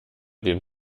den